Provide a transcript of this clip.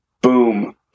boom